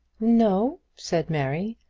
no, said mary,